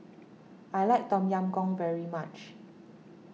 I like Tom Yam Goong very much